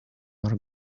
are